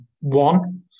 One